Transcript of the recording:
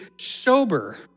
sober